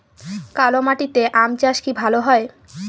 কালো মাটিতে আম চাষ কি ভালো হয়?